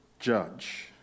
Judge